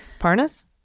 Parnas